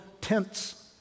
tents